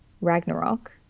ragnarok